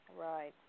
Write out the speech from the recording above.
right